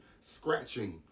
scratching